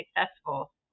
successful